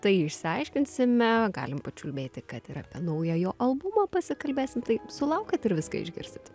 tai išsiaiškinsime galim pačiulbėti kad ir apie naują jo albumą pasikalbėsim tai sulaukat ir viską išgirsit